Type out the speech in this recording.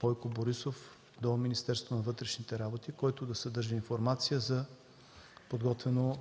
Бойко Борисов до Министерството на вътрешните работи, който да задържа информация за подготвено